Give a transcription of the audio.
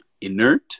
inert